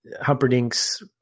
Humperdinck's